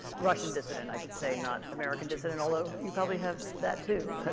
russian dissident, i should say, not american dissident. although you probably have that too